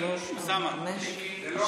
בעד.